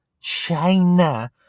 China